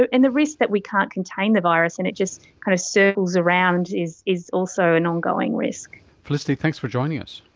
and the risk that we can't contain the virus and it just kind of circles around is is also an ongoing risk. felicity, thanks for joining us.